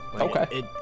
Okay